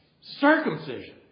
circumcision